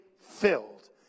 filled